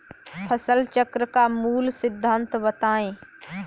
फसल चक्र का मूल सिद्धांत बताएँ?